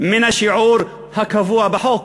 מן השיעור הקבוע בחוק.